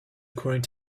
according